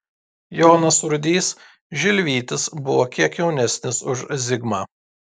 jonas rudys žilvytis buvo kiek jaunesnis už zigmą